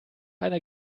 einer